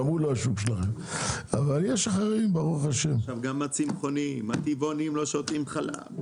גם הצמחונים והטבעוניים לא שותים חלב.